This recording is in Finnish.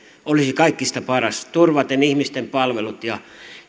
olisi kaikista paras turvaisi ihmisten palvelut ja